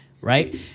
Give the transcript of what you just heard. right